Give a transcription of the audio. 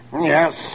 Yes